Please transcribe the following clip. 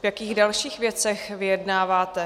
V jakých dalších věcech vyjednáváte?